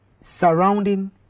surrounding